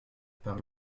par